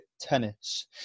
Tennis